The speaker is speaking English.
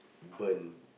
burnt